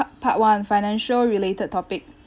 pa~ part one financial-related topic